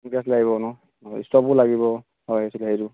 gas লাগিব ন stove লাগিব হয় হেৰিটো